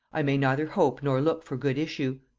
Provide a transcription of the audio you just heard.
i may neither hope nor look for good issue.